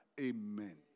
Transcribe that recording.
Amen